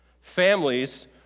Families